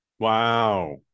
Wow